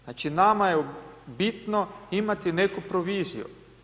Znači nama je bitno imati neku proviziju.